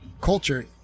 culture